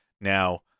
Now